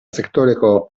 sektoreko